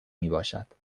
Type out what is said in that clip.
میباشد